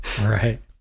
Right